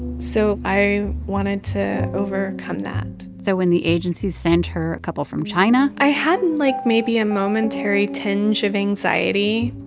so i wanted to overcome that so when the agency sent her a couple from china. i had, like, maybe a momentary tinge of anxiety.